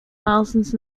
thousands